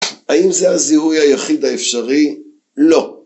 האם זה הזיהוי היחיד האפשרי? לא.